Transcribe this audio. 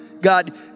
God